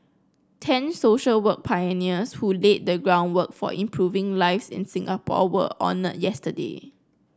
ten social work pioneers who laid the groundwork for improving lives in Singapore were honoured yesterday